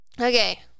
Okay